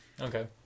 okay